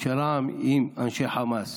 של רע"מ עם אנשי חמאס,